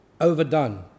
Overdone